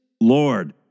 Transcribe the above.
Lord